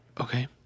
Okay